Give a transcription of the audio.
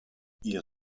ihr